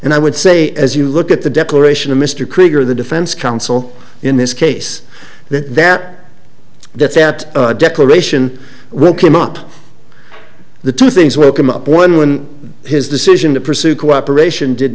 and i would say as you look at the declaration of mr krieger the defense counsel in this case that that that that declaration will come up the two things will come up one when his decision to pursue cooperation did